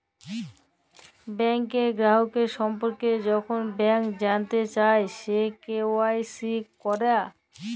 ব্যাংকের গ্রাহকের সম্পর্কে যখল ব্যাংক জালতে চায়, সে কে.ওয়াই.সি ক্যরা